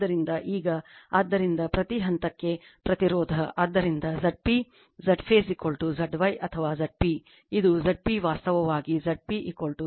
ಆದ್ದರಿಂದ ಈಗ ಆದ್ದರಿಂದ ಪ್ರತಿ ಹಂತಕ್ಕೆ ಪ್ರತಿರೋಧ ಆದ್ದರಿಂದ Zp Zphase Z y ಅಥವಾ Zp ಇದು Zp ವಾಸ್ತವವಾಗಿ Zp Z delta